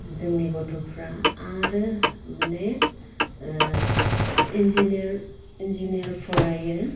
जोंनि गथ'फ्रा आरो माने ओ इन्जिनियर इन्जिनियर फरायो